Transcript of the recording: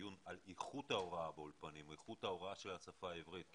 דיון בהזדמנות על איכות ההוראה באולפנים של השפה העברית כי